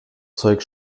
zeug